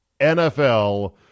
NFL